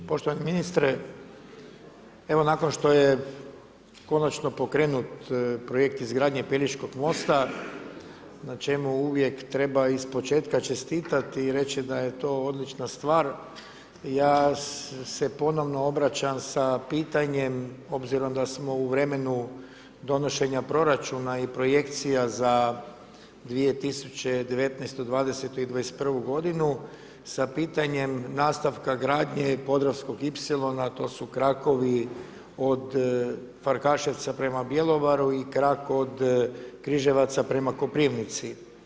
Poštovani ministre, evo nakon što je konačno pokrenut projekt izgradnje Pelješkog mosta, na čemu uvijek treba iz početka čestitati i reći da je to odlična stvar, ja se ponovno obraćam sa pitanjem, obzirom da smo u vremenu donošenje proračuna i projekcija za 2019., 2020., 2021. g. sa pitanjem nastavka gradnje Podravskog ipsilona, a to su krakovi od Farkaševca prema Bjelovaru i krak od Križevaca prema Koprivnici.